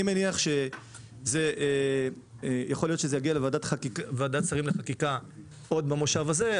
אני מניח שיכול להיות שזה יגיע לוועדת השרים לחקיקה עוד במושב הזה,